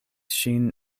ŝin